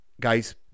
guys